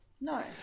no